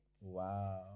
wow